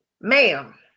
ma'am